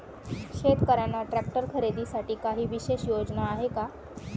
शेतकऱ्यांना ट्रॅक्टर खरीदीसाठी काही विशेष योजना आहे का?